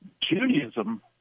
Judaism